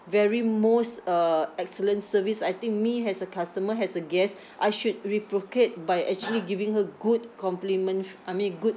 very most uh excellent service I think me as a customer as a guest I should reciprocate by actually giving her good compliment f~ I mean good